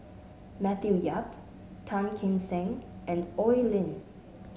Matthew Yap Tan Kim Seng and Oi Lin